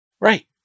Right